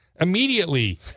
immediately